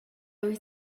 wyt